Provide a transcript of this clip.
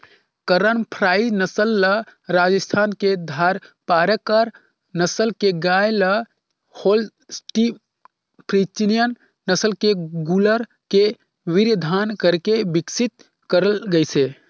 करन फ्राई नसल ल राजस्थान के थारपारकर नसल के गाय ल होल्सटीन फ्रीजियन नसल के गोल्लर के वीर्यधान करके बिकसित करल गईसे